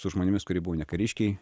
su žmonėmis kurie buvo ne kariškiai